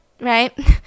Right